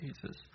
Jesus